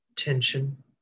tension